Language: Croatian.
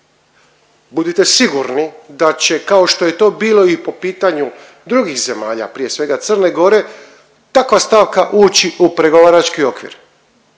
Budite sigurni da će, kao što je to bilo i po pitanju drugih zemalja, prije svega, Crne Gore, takva stavka ući u pregovarački okvir.